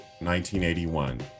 1981